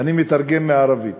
אני מתרגם מערבית.